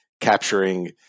capturing